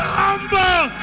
humble